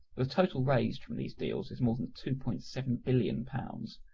the total raised from these deals is more than two point seven billion pounds,